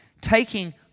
Taking